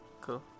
Cool